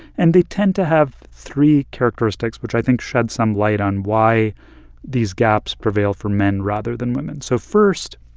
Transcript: and they tend to have three characteristics, which i think shed some light on why these gaps prevail for men rather than women. so first,